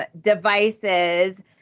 devices